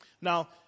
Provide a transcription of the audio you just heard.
now